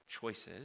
choices